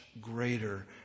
greater